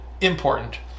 important